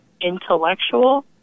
intellectual